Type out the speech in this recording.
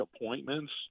appointments